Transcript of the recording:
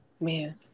man